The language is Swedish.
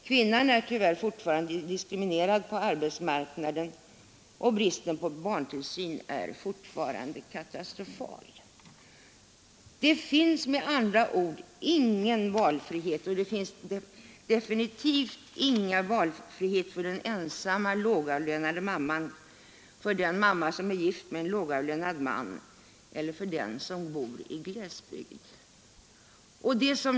Kvinnan är tyvärr fortfarande diskriminerad på arbetsmarknaden, och bristen på barntillsyn är fortfarande katastrofal. Det finns med andra ord ingen valfrihet, och det finns definitivt ingen valfrihet för den ensamma lågavlönade mamman, eller för den mamma som är gift med en lågavlönad man eller för den som bor i en glesbygd.